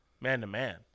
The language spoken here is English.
Man-to-man